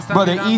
Brother